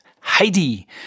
heidi